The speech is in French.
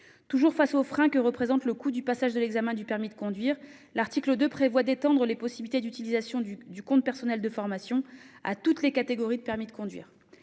nos jeunes. Face au frein que représente le coût du passage de l'examen du permis de conduire, l'article 2 prévoit d'étendre les possibilités d'utilisation du compte personnel de formation (CPF) à toutes les catégories de permis. La prise